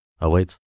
awaits